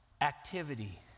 activity